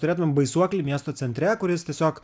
turėdavom baisuoklį miesto centre kuris tiesiog